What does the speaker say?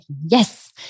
Yes